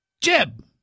Jeb